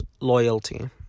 Loyalty